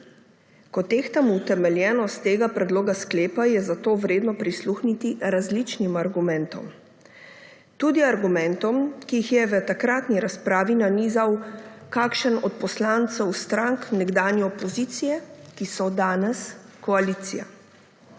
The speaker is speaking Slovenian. Ko tehtamo utemeljenost tega predloga sklepa, je zato vredno prisluhniti različnim argumentom. Tudi argumentom, ki jih je v takratni razpravi nanizal kakšen od poslancev strank nekdanje opozicije, ki so danes koalicija.